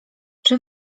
czy